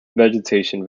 vegetation